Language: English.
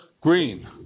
Green